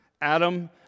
Adam